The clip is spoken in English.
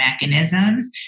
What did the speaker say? mechanisms